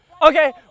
Okay